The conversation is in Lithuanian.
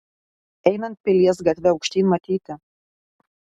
einant pilies gatve aukštyn matyti